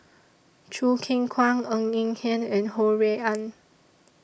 Choo Keng Kwang Ng Eng Hen and Ho Rui An